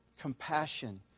compassion